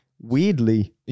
weirdly